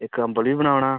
इक अंबल बी बनाना